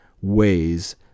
ways